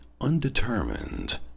undetermined